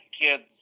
kids